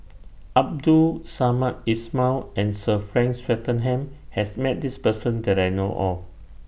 Abdul Samad Ismail and Sir Frank Swettenham has Met This Person that I know of